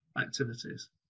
activities